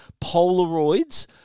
Polaroids